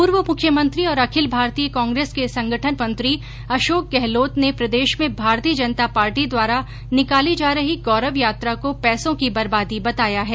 पूर्व मुख्यमंत्री और अखिल भारतीय कांग्रेस के संगठन मंत्री अशोक गहलोत ने प्रदेश में भारतीय जनता पार्टी द्वारा निकाली जा रही गौरव यात्रा को पैसों की बर्बादी बताया है